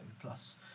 plus